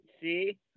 See